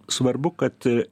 svarbu kad